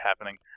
happening